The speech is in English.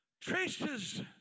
Traces